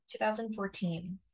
2014